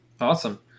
Awesome